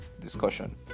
discussion